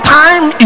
time